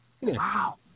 wow